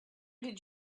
did